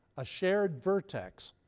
a shared vertex.